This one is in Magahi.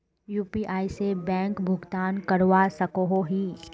यु.पी.आई से बैंक भुगतान करवा सकोहो ही?